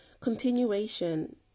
Continuation